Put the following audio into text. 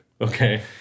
Okay